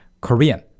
Korean